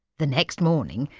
the next morning,